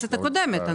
בכנסת הקודמת.